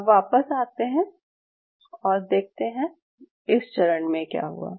अब वापस आते हैं और देखते हैं इस चरण में क्या हुआ